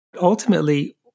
Ultimately